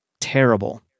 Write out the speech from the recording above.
terrible